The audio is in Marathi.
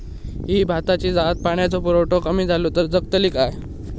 ही भाताची जात पाण्याचो पुरवठो कमी जलो तर जगतली काय?